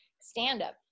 stand-up